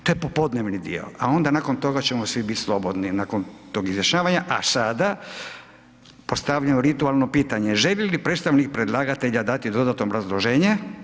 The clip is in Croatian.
To je popodnevni dio a onda nakon toga ćemo svi bit slobodni, nakon tog izjašnjavanja a sada postavljam ritualno pitanje, želi li predstavnik predlagatelja dati dodatno obrazloženje?